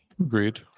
Agreed